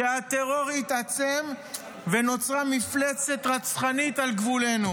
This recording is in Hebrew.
שהטרור התעצם ונוצרה מפלצת רצחנית על גבולנו,